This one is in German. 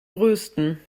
größten